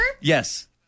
Yes